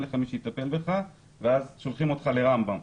אין לך מי שיטפל בך ואז שולחים אותך לרמב"ם.